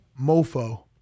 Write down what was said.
Mofo